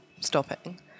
stopping